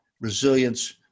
resilience